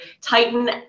Titan